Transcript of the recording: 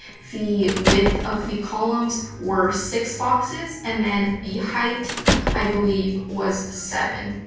the width of the columns were six boxes, and then the height i believe was seven.